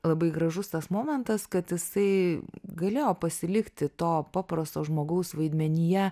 labai gražus tas momentas kad jisai galėjo pasilikti to paprasto žmogaus vaidmenyje